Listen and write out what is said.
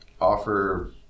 offer